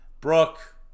brooke